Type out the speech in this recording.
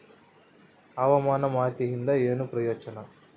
ಹವಾಮಾನ ಮಾಹಿತಿಯಿಂದ ಏನು ಪ್ರಯೋಜನ?